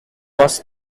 was